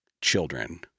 children